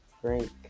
Frank